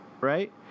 right